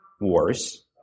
wars